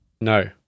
No